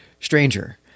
Stranger